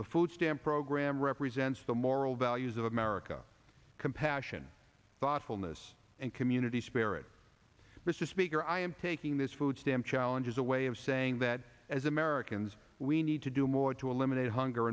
the food stamp program represents the moral values of america compassion thoughtfulness and community spirit mr speaker i am taking this food stamp challenge as a way of saying that as americans we need to do more to eliminate hunger